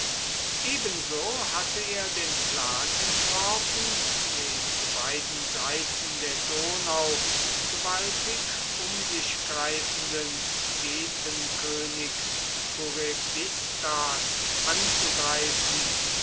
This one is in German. ebenso hatte er den plan entworfen den zu beiden seiten der donau gewaltig um sich greifenden getenkönig burebistas anzugreifen